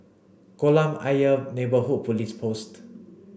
Kolam Ayer Neighbourhood Police Post